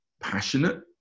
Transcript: passionate